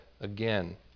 again